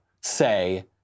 say